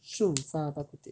顺发 bak kut teh